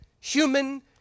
human